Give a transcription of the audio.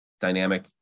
Dynamic